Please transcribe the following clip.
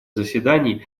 заседаний